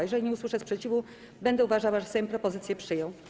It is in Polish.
Jeżeli nie usłyszę sprzeciwu, będę uważała, że Sejm propozycje przyjął.